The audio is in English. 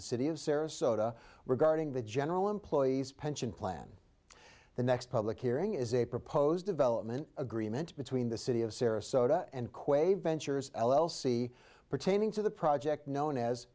the city of sarasota regarding the general employee's pension plan the next public hearing is a proposed development agreement between the city of sarasota and quaver ensures l l c pertaining to the project known as